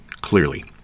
clearly